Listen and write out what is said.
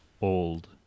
old